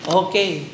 okay